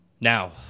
Now